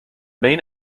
main